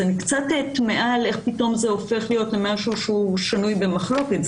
אני קצת תמהה על איך פתאום זה הופך להיות משהו שהוא שנוי במחלוקת.